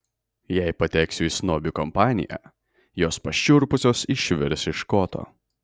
jei pateksiu į snobių kompaniją jos pašiurpusios išvirs iš koto